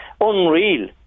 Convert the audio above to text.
unreal